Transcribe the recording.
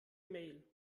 mail